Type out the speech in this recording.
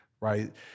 right